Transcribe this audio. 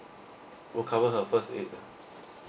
oh cover her first eight